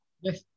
Yes